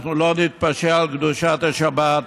אנחנו לא נתפשר על קדושת השבת.